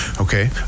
okay